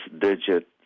digit